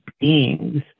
beings